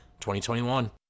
2021